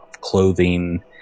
clothing